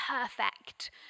perfect